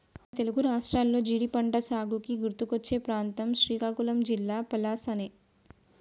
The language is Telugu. మన తెలుగు రాష్ట్రాల్లో జీడి పంటసాగుకి గుర్తుకొచ్చే ప్రాంతం శ్రీకాకుళం జిల్లా పలాసనే